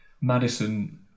Madison